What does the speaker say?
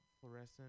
fluorescent